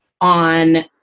on